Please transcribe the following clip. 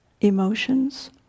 emotions